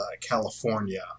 California